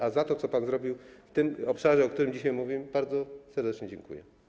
A za to, co pan zrobił w tym obszarze, o którym dzisiaj mówimy, bardzo serdecznie dziękuję.